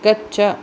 गच्छ